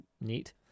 neat